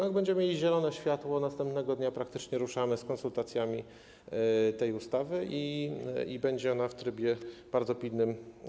Jak będziemy mieli zielone światło, następnego dnia praktycznie ruszamy z konsultacjami dotyczącymi tej ustawy i będzie ona przyjęta w trybie bardzo pilnym.